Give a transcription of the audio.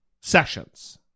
Sessions